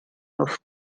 auf